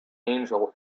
angel